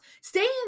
stay